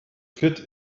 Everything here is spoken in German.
fit